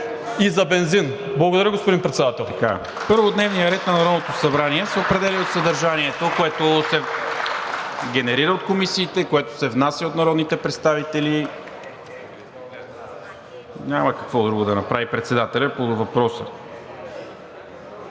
от ГЕРБ-СДС.) ПРЕДСЕДАТЕЛ НИКОЛА МИНЧЕВ: Първо, дневният ред на Народното събрание се определя от съдържанието, което се генерира от комисиите, което се внася от народните представители. Няма какво друго да направи председателят по въпроса.